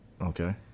Okay